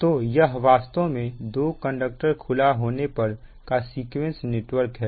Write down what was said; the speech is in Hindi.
तो यह वास्तव में दो कंडक्टर खुला होने पर का सीक्वेंस नेटवर्क है